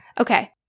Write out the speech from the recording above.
Okay